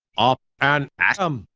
up and atom!